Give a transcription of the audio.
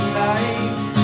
life